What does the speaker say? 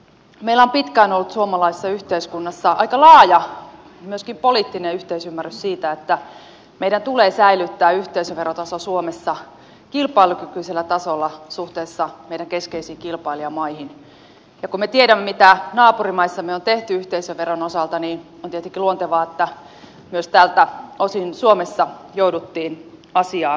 mutta mielestäni meillä on pitkään ollut suomalaisessa yhteiskunnassa myöskin aika laaja poliittinen yhteisymmärrys siitä että meidän tulee säilyttää yhteisöverotaso suomessa kilpailukykyisellä tasolla suhteessa meidän keskeisiin kilpailijamaihimme ja kun me tiedämme mitä naapurimaissamme on tehty yhteisöveron osalta niin on tietenkin luontevaa että myös tältä osin suomessa jouduttiin asiaa tarkastelemaan